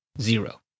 zero